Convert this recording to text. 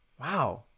Wow